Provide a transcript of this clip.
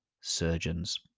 surgeons